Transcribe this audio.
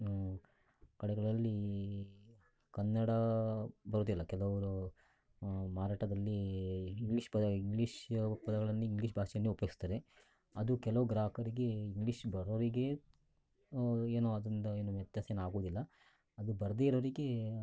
ಕಡೆಗಳಲ್ಲಿ ಕನ್ನಡ ಬರೋದಿಲ್ಲ ಕೆಲವರು ಮಾರಾಟದಲ್ಲಿ ಇಂಗ್ಲೀಷ್ ಪದ ಇಂಗ್ಲೀಷ್ನ ಪದಗಳನ್ನೇ ಇಂಗ್ಲೀಷ್ ಭಾಷೆಯನ್ನೇ ಉಪಯೋಗಿಸ್ತಾರೆ ಅದು ಕೆಲವು ಗ್ರಾಹಕರಿಗೆ ಇಂಗ್ಲೀಷ್ ಬರೋರಿಗೆ ಏನು ಅದರಿಂದ ಏನು ವ್ಯತ್ಯಾಸ ಏನು ಆಗೋದಿಲ್ಲ ಅದು ಬರದೇ ಇರೋರಿಗೆ